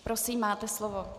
Prosím, máte slovo.